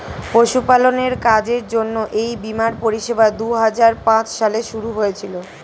পশুপালনের কাজের জন্য এই বীমার পরিষেবা দুহাজার পাঁচ সালে শুরু হয়েছিল